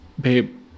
babe